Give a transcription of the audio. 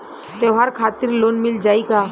त्योहार खातिर लोन मिल जाई का?